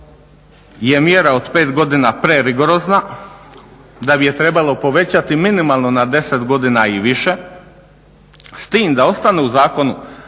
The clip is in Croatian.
je mjera od 5 godina prerigorozna, da bi je trebalo povećati minimalno na 10 godina a i više s tim da ostane u zakonu